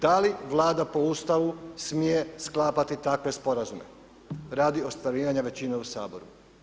Da li Vlada po Ustavu smije sklapati takve sporazume radi ostvarivanja većine u Saboru?